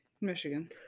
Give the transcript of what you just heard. Michigan